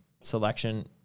selection